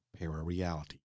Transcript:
Parareality